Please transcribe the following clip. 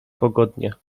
pogodnie